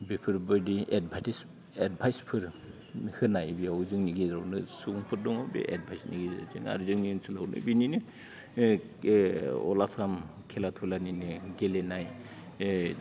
बेफोरबायदि एदभाइसफोर होनाय बेयाव जोंनि गेजेराव सुबुंफोर दङ बेबायदिनो जोंनि ओनसोलावबो बिदिनो अल आसाम खेला दुलानिनो गेलेनाय